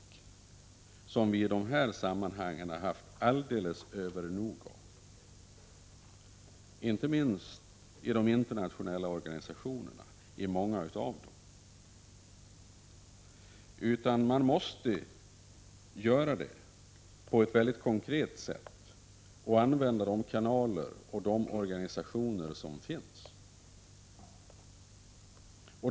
Retorik har man i detta sammanhang haft alldeles nog av, inte minst i många av de internationella organisationerna. Man måste göra det på ett mycket konkret sätt och använda de kanaler och organisationer som finns.